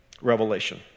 Revelation